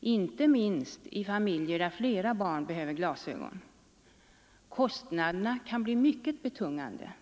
inte minst i familjer där flera barn behöver glasögon. Kostnaderna kan bli mycket betungande.